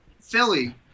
Philly